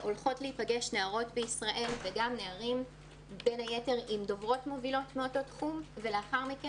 נערות ונערים בישראל הולכים להיפגש,